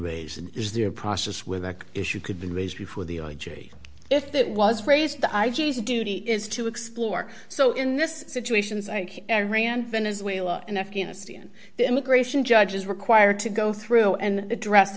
raised and is there a process where that issue could be raised before the jury if that was phrased i g s duty is to explore so in this situations like iran venezuela and afghanistan the immigration judge is required to go through and address